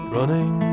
Running